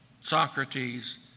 Socrates